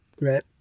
right